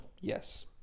Yes